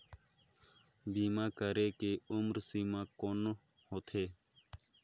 बीमा करे के उम्र सीमा कौन होथे?